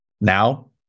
Now